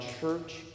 church